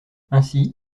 ainsi